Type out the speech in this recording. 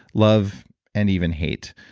love and even hate.